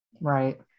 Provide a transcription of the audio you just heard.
Right